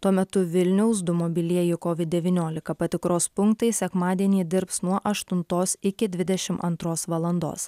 tuo metu vilniaus du mobilieji covid devyniolika patikros punktai sekmadienį dirbs nuo aštuntos iki dvidešimt antros valandos